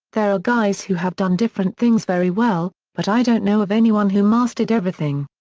there are guys who have done different things very well, but i don't know of anyone who mastered everything.